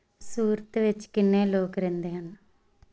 ਸੂਰਤ ਵਿੱਚ ਕਿੰਨੇ ਲੋਕ ਰਹਿੰਦੇ ਹਨ